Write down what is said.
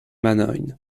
manojn